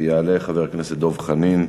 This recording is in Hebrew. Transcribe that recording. יעלה חבר הכנסת דב חנין,